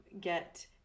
get